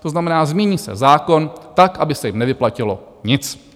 To znamená, změní se zákon tak, aby se jim nevyplatilo nic.